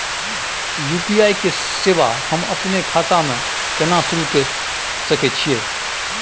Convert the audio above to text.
UPI के सेवा हम अपने खाता म केना सुरू के सके छियै?